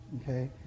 Okay